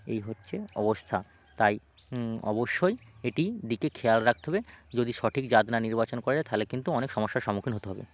এই হচ্ছে অবস্থা তাই অবশ্যই এটি দিকে খেয়াল রাখতে হবে যদি সঠিক জাত না নির্বাচন করা যায় থালে কিন্তু অনেক সমস্যার সম্মুখীন হতে হবে